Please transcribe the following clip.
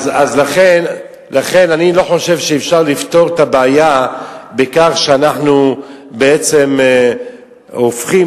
לכן אני לא חושב שאפשר לפתור את הבעיה בכך שאנחנו בעצם הופכים,